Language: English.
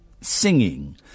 singing